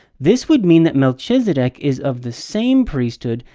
this would mean that melchizedek is of the same priesthood,